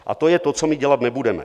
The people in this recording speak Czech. A to je to, co my dělat nebudeme.